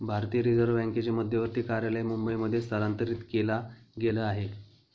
भारतीय रिझर्व बँकेचे मध्यवर्ती कार्यालय मुंबई मध्ये स्थलांतरित केला गेल आहे